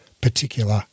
particular